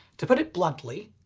to put it bluntly,